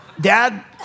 dad